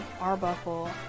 Arbuckle